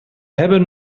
hebben